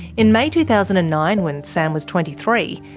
in may two thousand and nine, when sam was twenty three,